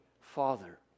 father